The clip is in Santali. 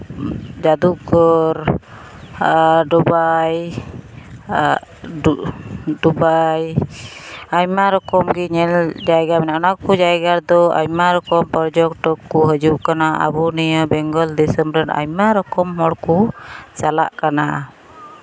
ᱡᱟᱹᱫᱩᱜᱷᱚᱨ ᱟᱨ ᱰᱩᱵᱟᱭ ᱰᱩᱵᱟᱭ ᱟᱭᱢᱟ ᱨᱚᱠᱚᱢ ᱜᱮ ᱧᱮᱞ ᱡᱟᱭᱜᱟ ᱢᱮᱱᱟᱜᱼᱟ ᱚᱱᱟ ᱠᱚᱜᱮ ᱧᱮᱞ ᱡᱟᱭᱜᱟ ᱢᱮᱱᱟᱜᱼᱟ ᱚᱱᱟ ᱠᱚ ᱡᱟᱭᱜᱟ ᱨᱮᱫᱚ ᱟᱭᱢᱟ ᱨᱚᱠᱚᱢ ᱯᱚᱨᱡᱚᱴᱚᱠ ᱠᱚ ᱦᱤᱡᱩᱜ ᱠᱟᱱᱟ ᱟᱵᱚ ᱱᱤᱭᱟᱹ ᱵᱮᱝᱜᱚᱞ ᱫᱤᱥᱚᱢ ᱨᱮᱱ ᱟᱭᱢᱟ ᱨᱚᱠᱚᱢ ᱦᱚᱲ ᱪᱟᱞᱟᱜ ᱠᱟᱱᱟ